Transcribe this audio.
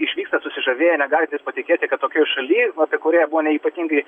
išvyksta susižavėję negalintys patikėti kad tokioj šaly apie kurią jie buvo ne ypatingai